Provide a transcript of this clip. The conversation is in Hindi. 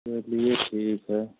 चलिए ठीक हे